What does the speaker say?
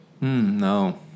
No